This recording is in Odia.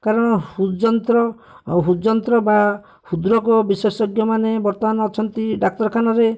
କାରଣ ହୃଦଯନ୍ତ୍ର ଆଉ ହୃଦଯନ୍ତ୍ର ବା ହୃଦରୋଗ ବିଶେଷଜ୍ଞମାନେ ବର୍ତ୍ତମାନ ଅଛନ୍ତି ଡ଼ାକ୍ତରଖାନାରେ